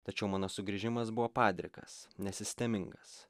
tačiau mano sugrįžimas buvo padrikas nesistemingas